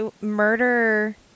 murder